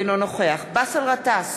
אינו נוכח באסל גטאס,